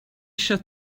eisiau